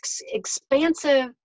expansive